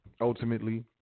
ultimately